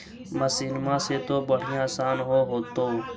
मसिनमा से तो बढ़िया आसन हो होतो?